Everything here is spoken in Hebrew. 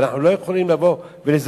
אנחנו לא יכולים לזלזל.